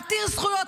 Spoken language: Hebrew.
עתיר זכויות,